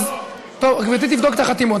גברתי תבדוק את החתימות.